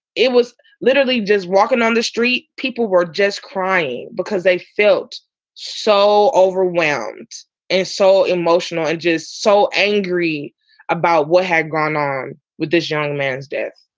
it was literally just walking on the street. people were just crying because they felt so overwhelmed and so emotional and just so angry about what had gone on with this young man's death.